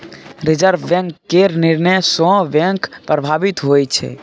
reserve bank केर निर्णय सँ बैंक प्रभावित होइ छै